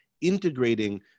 integrating